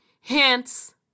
Hence